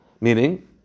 meaning